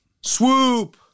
Swoop